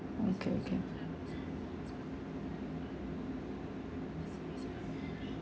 okay okay